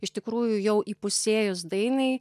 iš tikrųjų jau įpusėjus dainai